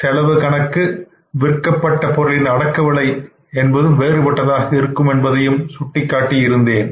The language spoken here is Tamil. செலவு கணக்கு விற்கப்பட்ட பொருட்களின் அடக்கவிலை என்பதும் வேறுபட்டதாக இருக்கும் என்பதையும் சுட்டிக் காட்டியிருந்தேன்